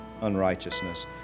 unrighteousness